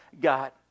God